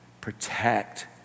Protect